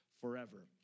forever